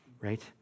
right